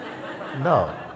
No